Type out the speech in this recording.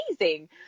amazing